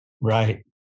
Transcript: Right